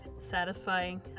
satisfying